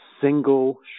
single